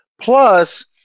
Plus